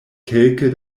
kelke